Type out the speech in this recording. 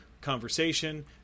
conversation